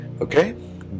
Okay